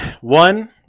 one